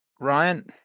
Ryan